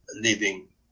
living